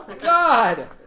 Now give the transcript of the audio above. God